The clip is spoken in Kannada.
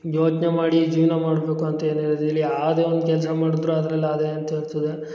ಯೋಚನೆ ಮಾಡಿ ಜೀವನ ಮಾಡಬೇಕು ಅಂತೇನಿರದಿಲ್ಲ ಯಾವುದೇ ಒಂದು ಕೆಲಸ ಮಾಡಿದರೂ ಅದ್ರಲ್ಲಿ ಅದೇ ಅಂತ ಇರ್ತದ